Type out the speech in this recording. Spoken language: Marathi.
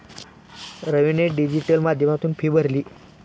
रवीने डिजिटल माध्यमातून फी भरली